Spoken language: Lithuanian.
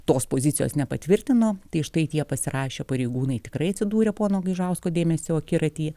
tos pozicijos nepatvirtino tai štai tie pasirašę pareigūnai tikrai atsidūrė pono gaižausko dėmesio akiratyje